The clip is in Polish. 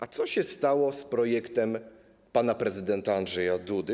A co się stało z projektem pana prezydenta Andrzeja Dudy?